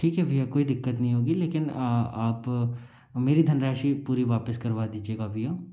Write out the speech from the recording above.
ठीक है भैया कोई दिक्कत नहीं होगी लेकिन आप मेरी धनराशि पूरी वापस करवा दीजिएगा भैया